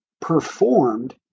performed